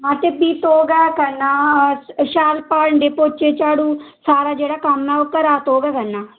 हां ते भी तोह् गै करना आं शैल भांडे पोच्चे झाड़ू सारा जेह्ड़ा कम्म ऐ ओह् घरा तूं गै करना ऐ